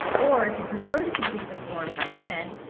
or, if you prefer to complete the form by hand,